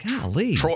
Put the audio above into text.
Golly